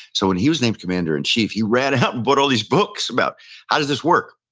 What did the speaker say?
so when he was named commander-in-chief, he ran out and bought all these books about how does this work.